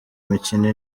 imikino